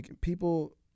people